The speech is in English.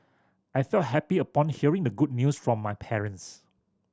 I felt happy upon hearing the good news from my parents